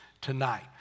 tonight